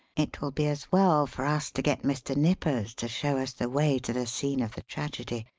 it will be as well for us to get mr. nippers to show us the way to the scene of the tragedy.